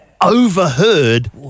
overheard